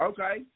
Okay